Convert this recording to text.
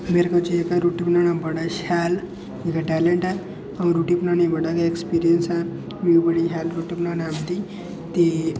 मेरे कोल जेह्ड़ा रुट्टी बनाना बड़ा शैल मेरा टेलैंट ऐ अं'ऊ रुट्टी बनाने गी बड़ा गै एक्सपीरियंस ऐ मिगी बड़ी शैल रुट्टी बनाना औंदी ते